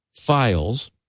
files